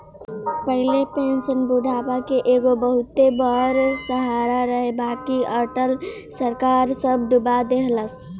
पहिले पेंशन बुढ़ापा के एगो बहुते बड़ सहारा रहे बाकि अटल सरकार सब डूबा देहलस